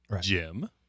Jim